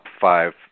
five